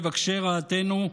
מבקשי רעתנו,